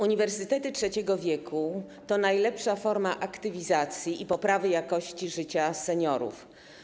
Uniwersytety trzeciego wieku to najlepsza forma aktywizacji i poprawy jakości życia seniorów.